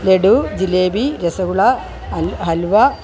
ലഡ്ഡു ജിലേബി രസഗുള അൽ ഹലുവ